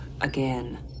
again